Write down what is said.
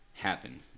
happen